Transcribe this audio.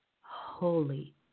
holy